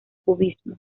cubismo